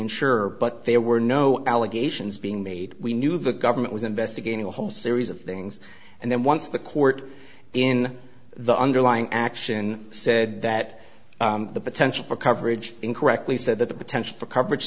insurer but there were no allegations being made we knew the government was investigating a whole series of things and then once the court in the underlying action said that the potential for coverage incorrectly said that the potential for coverage